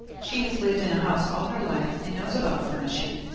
she has lived in a house all her life and knows about furnishing.